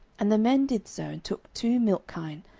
and the men did so and took two milch kine,